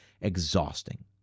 exhausting